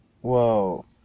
whoa